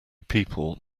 people